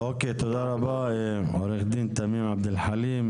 תודה רבה עו"ד תמים עבד אלחלים,